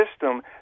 system